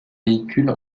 véhicule